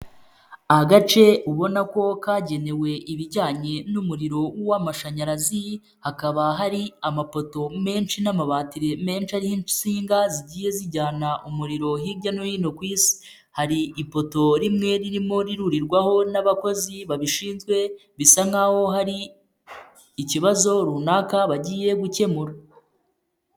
Agace ubona ko kagenewe ibijyanye n'umuriro w'amashanyarazi, hakaba hari amapoto menshi n'amabatiri menshi ariho insinga, zigiye zijyana umuriro hirya no hino ku isi. Hari ipoto rimwe ririmo rirurirwaho n'abakozi babishinzwe, bisa nk'aho hari ikibazo runaka bagiye gukemura.